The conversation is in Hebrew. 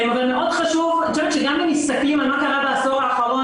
אני חושבת שגם אם מסתכלים על מה שקרה בעשור האחרון